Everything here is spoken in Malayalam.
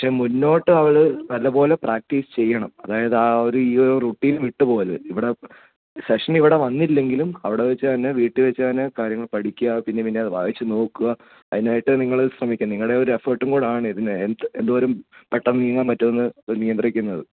പക്ഷെ മുന്നോട്ട് അവൾ നല്ലപോലെ പ്രാക്ടീസ് ചെയ്യണം അതായത് ആ ഒരു ഈ ഒരു റുട്ടീൻ വിട്ടുപോകരുത് ഇവിടെ സെഷൻ ഇവിടെ വന്നില്ലെങ്കിലും അവിടെ വെച്ച് തന്നെ വീട്ടിൽ വെച്ച് തന്നെ കാര്യങ്ങൾ പഠിക്കുക പിന്നെയും പിന്നെയും അത് വായിച്ച് നോക്കുക അതിനായിട്ട് നിങ്ങൾ ശ്രമിക്കണം നിങ്ങളുടെ ഒരു എഫർട്ടും കൂടെ ആണ് ഇതിനെ എന്തോരം പെട്ടെന്ന് നീങ്ങാൻ പറ്റുമെന്ന് നിയന്ത്രിക്കുന്നത്